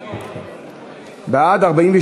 47 בעד,